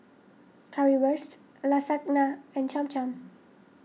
Currywurst Lasagna and Cham Cham